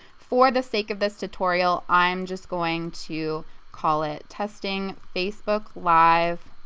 for the sake of this tutorial i'm just going to call it testing facebook live